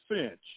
Finch